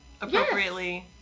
appropriately